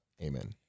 Amen